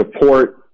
support